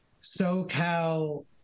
SoCal